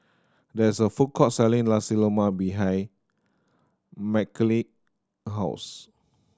there is a food court selling Nasi Lemak behind house